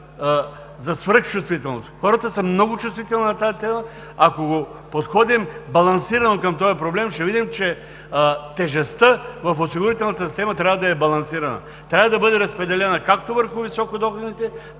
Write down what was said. за свръхчувствителност. Хората са много чувствителни на тази тема. Ако подходим балансирано към този проблем, ще видим, че тежестта в осигурителната система трябва да е балансирана, трябва да бъде разпределена както върху високодоходните,